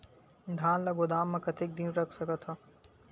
धान ल गोदाम म कतेक दिन रख सकथव?